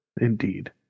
Indeed